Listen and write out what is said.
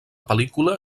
pel·lícula